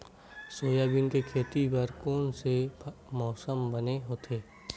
Soybean के खेती बर कोन से मौसम बने होथे?